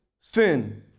Sin